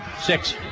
six